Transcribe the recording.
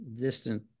distant